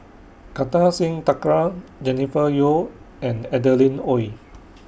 Kartar Singh Thakral Jennifer Yeo and Adeline Ooi